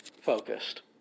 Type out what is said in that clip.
focused